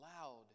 loud